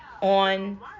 on